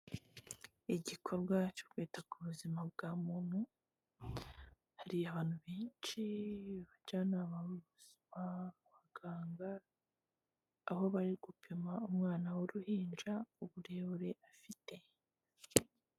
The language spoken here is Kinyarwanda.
Igikorwa cyo kwita ku buzima bwa muntu, hari abantu benshi, abajyanama b'ubuzima, abaganga, aho bari gupima umwana w'uruhinja uburebure afite.